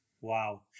Wow